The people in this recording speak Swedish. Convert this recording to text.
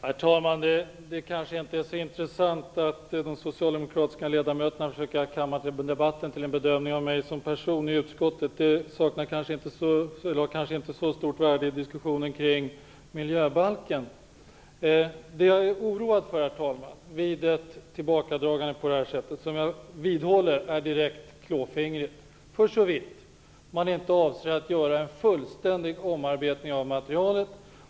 Herr talman! Det kanske inte är så intressant att de socialdemokratiska ledamöterna i en kammardebatt försöker göra en bedömning av mig som person i utskottet. Det har kanske inte så stort värde i diskussionen kring miljöbalken. Jag har oroat mig, herr talman, för ett tillbakadragande på det här sättet, som jag vidhåller är direkt klåfingrigt för så vitt man inte avser att göra en fullständig omarbetning av materialet.